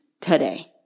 today